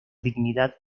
dignidad